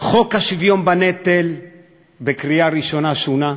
חוק השוויון בנטל בקריאה ראשונה שוּנה.